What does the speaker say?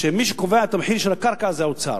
שמי שקובע את המחיר של הקרקע זה האוצר.